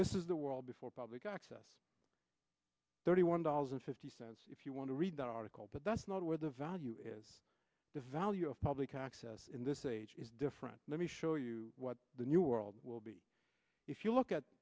this is the world before public access thirty one dollars and fifty cents if you want to read that article but that's not where the value is the value of public access in this age is different let me show you what the new world will be if you look at